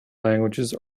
languages